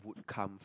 would come from